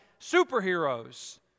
superheroes